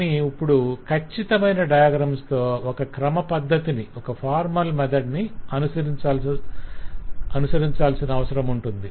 కానీ ఇప్పుడు కచ్చితమైన డయాగ్రమ్స్ తో ఒక క్రమపద్ధతిని అనుసరించాల్సిన అవసరముంది